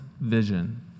vision